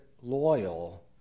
loyal